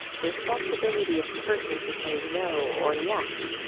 the responsibility of the person to say no or yes.